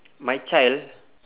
my child